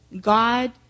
God